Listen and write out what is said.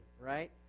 right